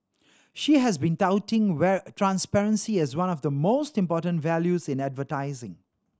she has been touting transparency as one of the most important values in advertising